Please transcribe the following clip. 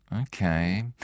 Okay